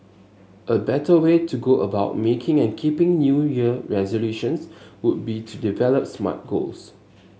a better way to go about making and keeping New Year resolutions would be to develop smart goals